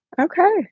Okay